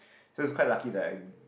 so it's quite lucky that I